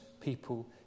people